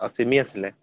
অঁ চিমি আছিলে